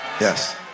yes